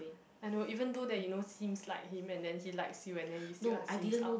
I know even though that you know seems like him and then he like you and then you still ask him out